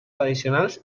tradicionals